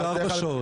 זה ארבע שעות.